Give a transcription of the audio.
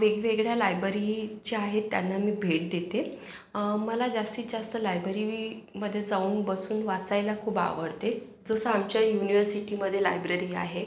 वेगवेगळ्या लायबरी ज्या आहेत त्यांना मी भेट देते मला जास्तीत जास्त लायबरीमध्ये जाऊन बसून वाचायला खूप आवडते जसं आमच्या युनिवर्सिटीमध्ये लायब्ररी आहे